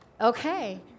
okay